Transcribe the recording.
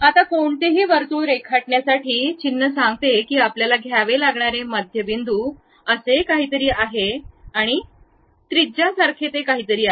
आता कोणतेही वर्तुळ रेखाटण्यासाठी चिन्ह सांगते की आपल्याला घ्यावे लागणारे मध्यबिंदू असे काहीतरी आहे आणि त्रिज्यासारखे काहीतरी आहे